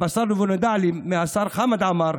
התבשרנו ונודע לי מהשר חמד עמאר,